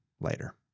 later